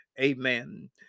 amen